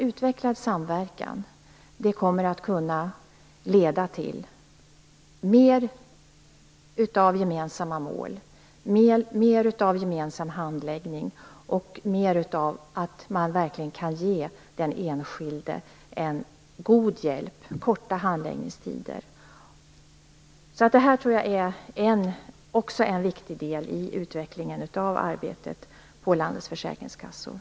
Utvecklad samverkan kan leda till mer av gemensamma mål och mer av gemensam handläggning. Det kan leda till att man verkligen kan ge den enskilde god hjälp och förkorta handläggningstiderna. Det tror jag också är en viktig del i utvecklingen av arbetet på landets försäkringskassor.